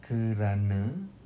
kerana